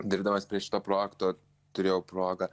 dirbdamas prie šito projekto turėjau progą